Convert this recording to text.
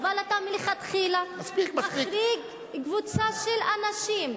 אבל אתה מלכתחילה מחריג קבוצה של אנשים.